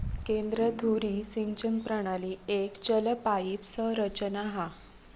केंद्र धुरी सिंचन प्रणाली एक चल पाईप संरचना हा